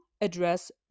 address